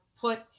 put